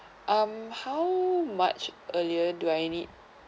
um how much earlier do I need